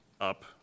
up